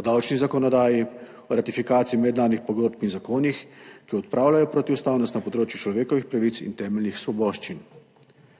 o davčni zakonodaji, o ratifikaciji mednarodnih pogodb in zakonih, ki odpravljajo protiustavnost na področju človekovih pravic in temeljnih svoboščin.